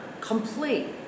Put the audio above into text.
complete